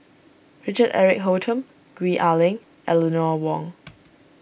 Richard Eric Holttum Gwee Ah Leng Eleanor Wong